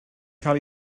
cael